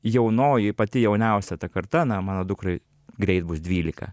jaunoji pati jauniausia ta karta na mano dukrai greit bus dvylika